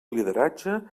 lideratge